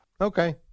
Okay